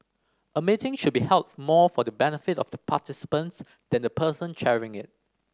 a meeting should be held more for the benefit of the participants than the person chairing it